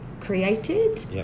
created